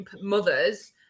mothers